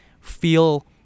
feel